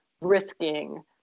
risking